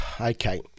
Okay